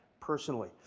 personally